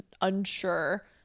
unsure